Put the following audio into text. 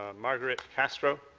ah margaret castro.